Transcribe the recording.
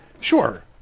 Sure